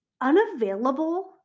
unavailable